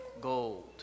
gold